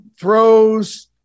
throws